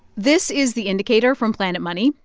this is the indicator from planet money.